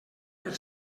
per